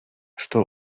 что